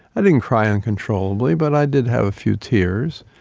i didn't cry uncontrollably, but i did have a few tears.